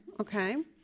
okay